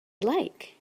like